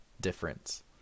difference